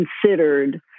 considered